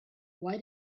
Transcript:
why